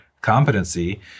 competency